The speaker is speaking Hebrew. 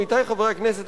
עמיתי חברי הכנסת,